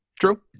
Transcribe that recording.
True